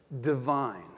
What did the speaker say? divine